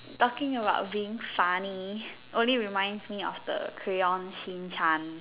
talking about being funny only reminds me of the crayon shin-chan